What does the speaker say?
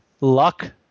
luck